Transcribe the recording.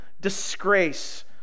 disgrace